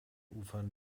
ufern